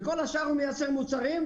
ומכל השאר הוא מייצר מוצרים,